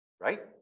right